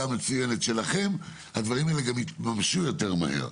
המצוינת שלכם הדברים האלה גם יתממשו יותר מהר.